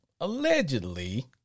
allegedly